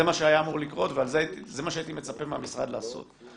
זה מה שהיה אמור לקרות וזה מה שהייתי מצפה מהמשרד לעשות.